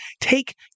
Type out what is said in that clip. take